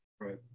right